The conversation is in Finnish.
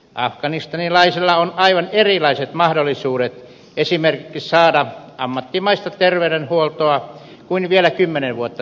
afganistanilaisilla on aivan erilaiset mahdollisuudet esimerkiksi saada ammattimaista terveydenhuoltoa kuin vielä kymmenen vuotta sitten